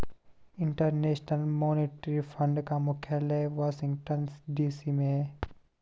international monetary fund का मुख्यालय Washington DC में है